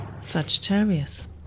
Sagittarius